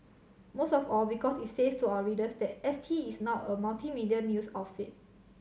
most of all because it says to our readers that S T is now a multimedia news outfit